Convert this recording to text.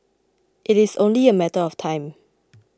it is only a matter of time